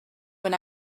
when